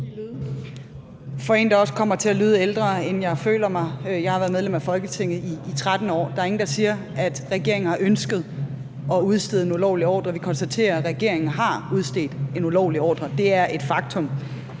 Fra en, der også kommer til at lyde ældre, end jeg føler mig – jeg har været medlem af Folketinget i 13 år: Der er ingen, der siger, at regeringen har ønsket at udstede en ulovlig ordre. Vi konstaterer, at regeringen har udstedt en ulovlig ordre, det er et faktum.